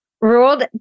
ruled